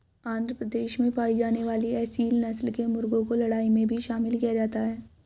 आंध्र प्रदेश में पाई जाने वाली एसील नस्ल के मुर्गों को लड़ाई में भी शामिल किया जाता है